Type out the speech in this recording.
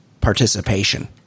participation